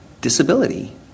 disability